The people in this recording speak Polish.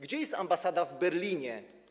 Gdzie jest ambasada w Berlinie?